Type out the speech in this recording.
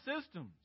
systems